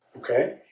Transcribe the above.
okay